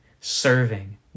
serving